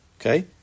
Okay